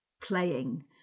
playing